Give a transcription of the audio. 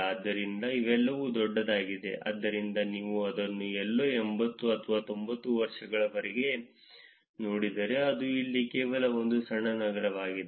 ಆದ್ದರಿಂದ ಇವೆಲ್ಲವೂ ದೊಡ್ಡದಾಗಿದೆ ಆದ್ದರಿಂದ ನೀವು ಅದನ್ನು ಎಲ್ಲೋ 80 ಅಥವಾ 90 ವರ್ಷಗಳವರೆಗೆ ನೋಡಿದರೆ ಅದು ಇಲ್ಲಿ ಕೇವಲ ಒಂದು ಸಣ್ಣ ನಗರವಾಗಿದೆ